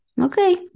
okay